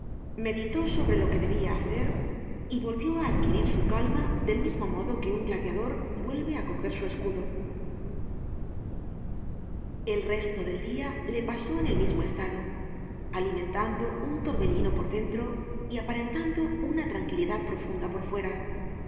meditó sobre lo que debia hacer y volvió á adquirir su calma del mismo modo que un gladiador vuelve á coger su escudo el resto del dia le pasó en el mismo estado alimentando un torbellino por dentro y aparentando una tranquilidad profunda por fuera